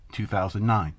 2009